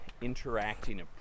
interacting